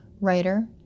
writer